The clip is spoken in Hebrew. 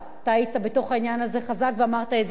אתה היית בתוך העניין הזה חזק ואמרת את זה גם.